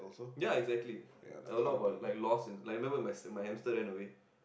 ya exactly a lot about like lost like I remember my hamster ran away